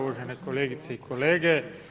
Uvažene kolegice i kolege.